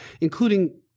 including